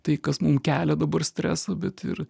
tai kas mum kelia dabar stresą bet ir